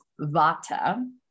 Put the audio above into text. Vata